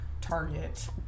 Target